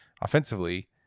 offensively